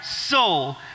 soul